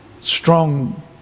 strong